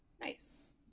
Nice